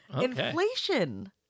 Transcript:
Inflation